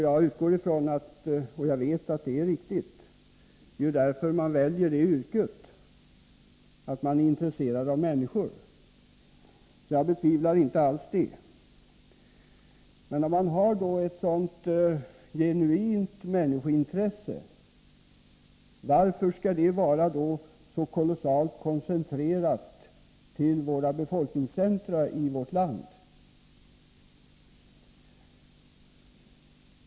Jag utgår ifrån och vet att det är riktigt — det är ju för att man är intresserad av människor som man väljer det yrket. Jag betvivlar alltså inte alls detta. Men om man har ett så genuint människointresse — varför är det då så kolossalt koncentrerat till våra befolkningscentra?